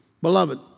Beloved